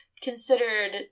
considered